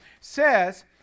says